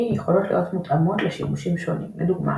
יכולות להיות מותאמות לשימושים שונים לדוגמה